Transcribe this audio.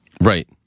Right